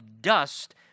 dust